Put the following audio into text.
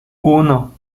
uno